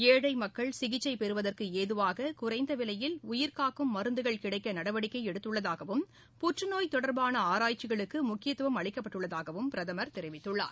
ஏழை மக்கள் சிகிச்சை பெறுவதற்கு ஏதுவாக குறைந்த விலையில் உயிர்காக்கும் மருந்துகள் கிடைக்க நடவடிக்கை எடுத்துள்ளதாகவும் புற்றுநோய் தொடர்பான அளிக்கப்பட்டுள்ளதாகவும் பிரதமர் தெரிவித்துள்ளார்